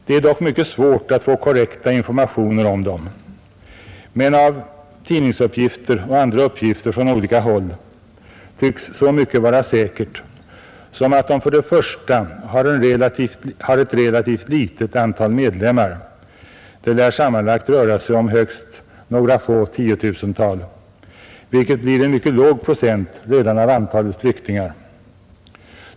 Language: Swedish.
Det är dock mycket svårt att få korrekta informationer om dem, men att döma av tidningsuppgifter och andra uppgifter från olika håll tycks så mycket vara säkert som att de för det första har ett relativt litet antal medlemmar — det lär sammanlagt röra sig om högst några få tiotusental, vilket blir en mycket låg procent redan av antalet flyktingar.